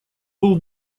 был